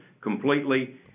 completely